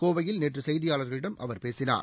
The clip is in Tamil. கோவையில் நேற்று செய்தியாளர்களிடம் அவர் பேசினார்